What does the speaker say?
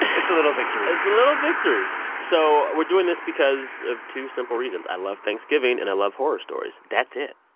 it's the little victories it's the little victories. so we're doing this because of two simple reasons i love thanksgiving, and i love horror stories. that's it.